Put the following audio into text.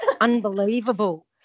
unbelievable